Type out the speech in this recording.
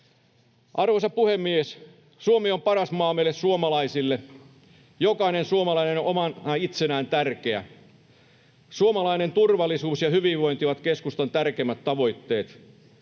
Arvoisa puhemies! Suomi on paras maa meille suomalaisille. Jokainen suomalainen on omana itsenään tärkeä. Suomalaisten turvallisuus ja hyvinvointi ovat keskustan tärkeimmät tavoitteet.